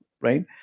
right